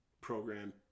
program